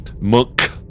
Monk